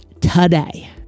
today